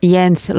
Jens